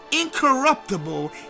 incorruptible